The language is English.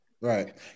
Right